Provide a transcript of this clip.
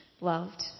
loved